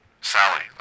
Sally